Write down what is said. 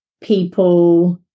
people